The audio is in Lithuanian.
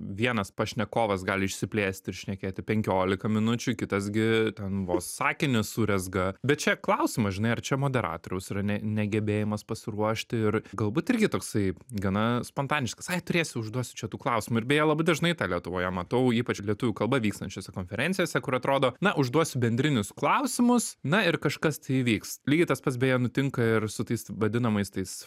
vienas pašnekovas gali išsiplėsti ir šnekėti penkiolika minučių kitas gi ten vos sakinį surezga bet čia klausimas žinai ar čia moderatoriaus yra ne negebėjimas pasiruošti ir galbūt irgi toksai gana spontaniškas ai turėsiu užduosiu čia tų klausimų ir beje labai dažnai tą lietuvoje matau ypač lietuvių kalba vykstančiose konferencijose kur atrodo na užduosiu bendrinius klausimus na ir kažkas tai įvyks lygiai tas pats beje nutinka ir su tais vadinamais tais